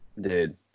dude